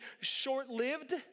short-lived